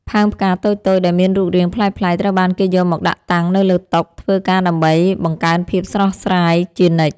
ផើងផ្កាតូចៗដែលមានរូបរាងប្លែកៗត្រូវបានគេយកមកដាក់តាំងនៅលើតុធ្វើការដើម្បីបង្កើនភាពស្រស់ស្រាយជានិច្ច។